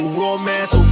romance